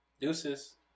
Deuces